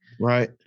right